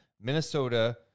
Minnesota